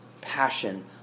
passion